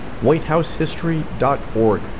whitehousehistory.org